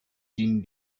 din